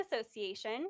association